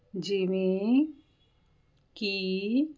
ਜਿਵੇਂ ਕਿ